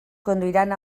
conduiran